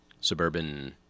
suburban